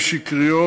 היו שקריות,